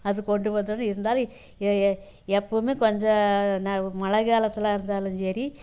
அது கொண்டு வந்துடும் இருந்தாலும் எப்போவுமே கொஞ்சம் ந மழை காலத்தில் இருந்தாலும் சரி